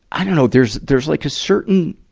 i dunno, there's, there's like a certain,